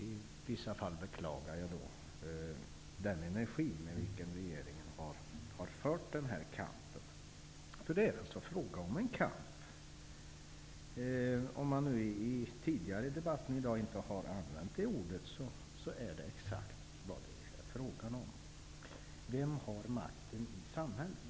I vissa fall beklagar jag den energi med vilken regeringen har fört den här kampen, därför att det är just fråga om en kamp. Även om man tidigare i debatten i dag inte har använt det ordet så är det ändå exakt vad det är fråga om, och om vem som har makten i samhället.